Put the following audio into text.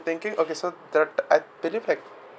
thinking okay so that I believe have